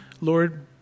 Lord